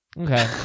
Okay